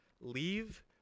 leave